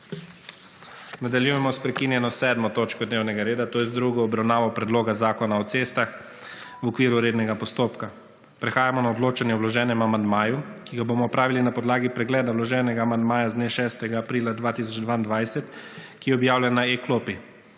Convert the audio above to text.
Nadaljujemo s prekinjeno 7. točko dnevnega reda, to je z drugo obravnavo Predloga zakona o cestah, v okviru rednega postopka. Prehajamo na odločanje o vloženem amandmaju, ki ga bomo opravili na podlagi pregleda vloženega amandmaja z dne, 6. aprila 2022, ki je objavljen na e-klopi.